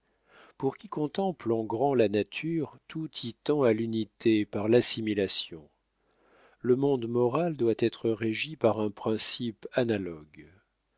pour qui contemple en grand la nature tout y tend à l'unité par l'assimilation le monde moral doit être régi par un principe analogue